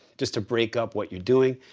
just to break up what you're doing.